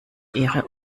ihre